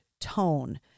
tone